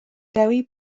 dewi